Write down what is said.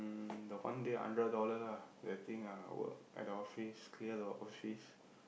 the one day hundred dollar ah the thing ah I work at the office clear the office